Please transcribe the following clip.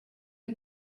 het